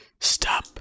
Stop